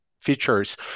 features